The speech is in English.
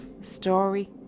Story